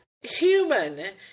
human